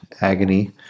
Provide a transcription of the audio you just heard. agony